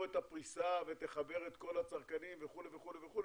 את הפריסה ותחבר את כל הצרכנים וכו' וכו',